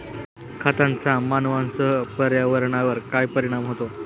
खतांचा मानवांसह पर्यावरणावर काय परिणाम होतो?